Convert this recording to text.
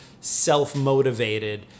self-motivated